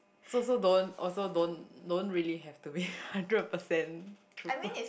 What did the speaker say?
so so don't also don't don't really have be hundred percent truthful